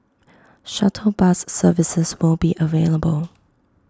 shuttle bus services will be available